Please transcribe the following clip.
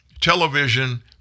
television